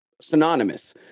synonymous